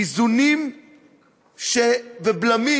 שאיזונים ובלמים,